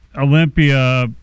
Olympia